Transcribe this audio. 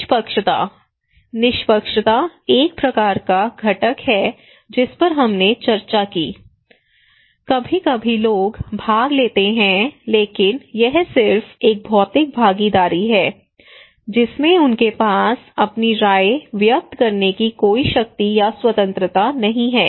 निष्पक्षता निष्पक्षता एक प्रकार का घटक है जिस पर हमने चर्चा की कभी कभी लोग भाग लेते हैं लेकिन यह सिर्फ एक भौतिक भागीदारी है जिसमें उनके पास अपनी राय व्यक्त करने की कोई शक्ति या स्वतंत्रता नहीं है